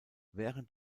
während